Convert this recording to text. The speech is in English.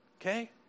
okay